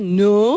no